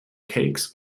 cakes